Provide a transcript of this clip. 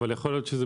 אבל אולי זה